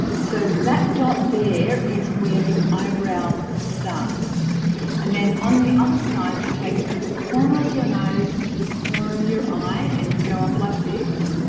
so that dot there is where your eyebrow starts and then on the other side you take it from the corner of your nose to the corner of your eye and you go up like this